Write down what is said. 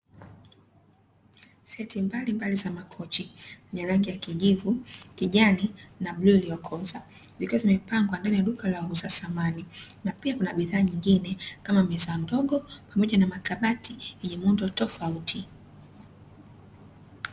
Seti mbalimbali za makochi, yenye rangi ya kijivu, kijani, na bluu iliyokoza, zikiwa zimepangwa ndani ya duka la wauza samani na pia kuna bidhaa zingine kama meza ndogo pamoja na makabati yenye muundo tofauti.